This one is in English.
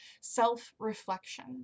self-reflection